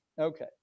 Okay